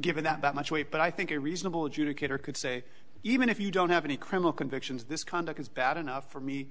given that much weight but i think a reasonable adjudicator could say even if you don't have any criminal convictions this conduct is bad enough for me